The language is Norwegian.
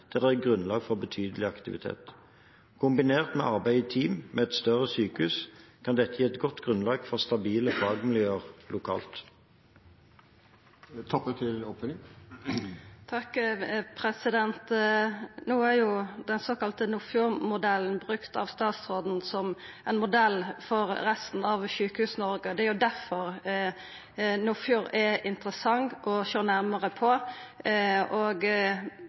der det er grunnlag for betydelig aktivitet. Kombinert med arbeid i team med et større sykehus kan dette gi et godt grunnlag for stabile fagmiljøer lokalt. No er jo den såkalla Nordfjord-modellen brukt av statsråden som ein modell for resten av Sjukehus-Noreg, og det er jo difor Nordfjord er interessant å sjå nærare på.